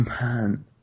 man